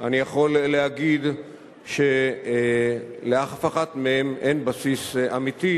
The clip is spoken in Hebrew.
אני יכול להגיד שלאף אחת מהן אין בסיס אמיתי,